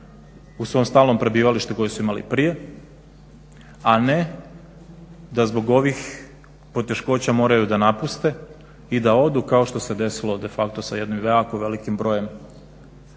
u svom stalnom prebivalištu koji su imali prije, a ne da zbog ovih poteškoća moraju da napuste i da odu kao što se desilo de facto sa jednim jako velikim brojem